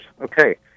Okay